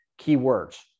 keywords